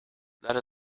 that